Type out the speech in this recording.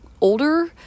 older